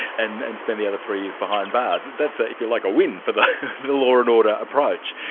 and and spend the other three years behind bars. that's, ah if you like, a win for the law and order approach.